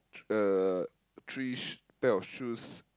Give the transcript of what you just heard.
uh three sh~ pair of shoes